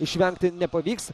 išvengti nepavyks